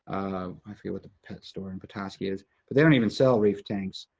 i forget what the pet store in petoskey is. but they don't even sell reef tanks.